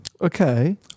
Okay